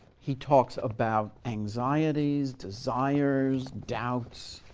he talks about anxieties, desires, doubts.